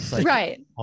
Right